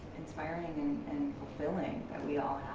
inspiring and fulfilling that we all